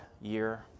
year